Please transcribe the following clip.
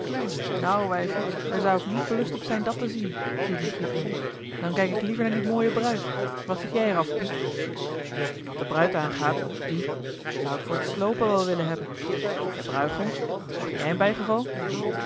nou wijfje daar zou ik niet belust op zijn dat te zien viel michiel in dan kijk ik liever naar die mooie bruid wat zeg jij er af piet wat de bruid aangaat die zou ik voor t sloopen wel willen hebben maar de bruigom mag jij hem bijgeval